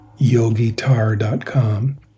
yogitar.com